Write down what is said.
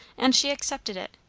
and she accepted it,